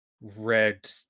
Red